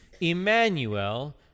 Emmanuel